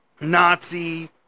Nazi